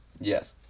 Yes